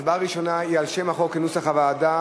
ההצבעה הראשונה היא על שם החוק כנוסח הוועדה.